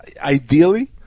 ideally